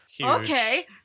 Okay